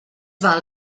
val